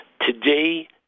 today